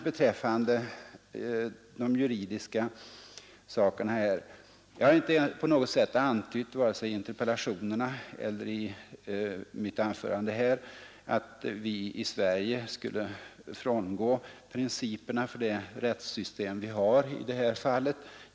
Beträffande den juridiska sidan har jag inte på något sätt antytt vare sig i interpellationerna eller i mitt anförande här att vi i Sverige skulle frångå principerna för det rättssystem vi har i det här fallet.